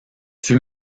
fut